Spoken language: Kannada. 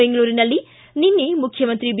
ಬೆಂಗಳೂರಿನಲ್ಲಿ ನಿನ್ನೆ ಮುಖ್ಯಮಂತ್ರಿ ಬಿ